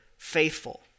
faithful